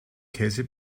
käse